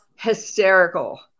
hysterical